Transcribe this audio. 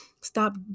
stop